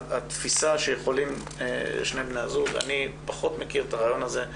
התפיסה ששני בני הזוג יכולים אני פחות מכיר את הרעיון הזה.